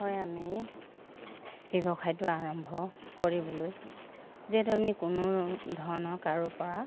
হয় আমি ব্যৱসায়টো আৰম্ভ কৰিবলৈ যিহেতু আমি কোনো ধৰণৰ কাৰো পৰা